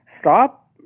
stop